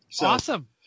Awesome